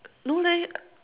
no leh